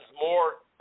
more